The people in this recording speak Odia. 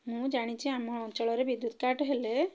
ମୁଁ ଜାଣିଛି ଆମ ଅଞ୍ଚଳରେ ବିଦ୍ୟୁତ୍ କାଟ୍ ହେଲେ